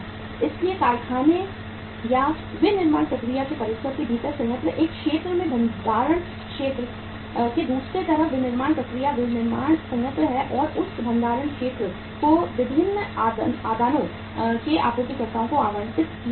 इसलिए कारखाने या विनिर्माण प्रक्रिया के परिसर के भीतर संयंत्र एक क्षेत्र में भंडारण क्षेत्र के दूसरी तरफ विनिर्माण प्रक्रिया विनिर्माण संयंत्र है और उस भंडारण क्षेत्र को विभिन्न आदानों के आपूर्तिकर्ताओं को आवंटित किया जाता है